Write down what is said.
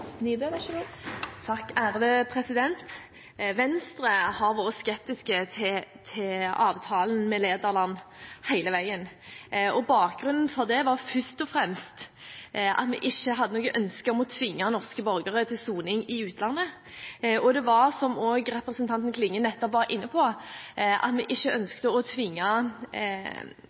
Venstre har vært skeptisk til avtalen med Nederland hele veien. Bakgrunnen for det var først og fremst at vi ikke hadde noe ønske om å tvinge norske borgere til soning i utlandet. Det var også, som representanten Klinge nettopp var inne på, at vi ikke